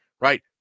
right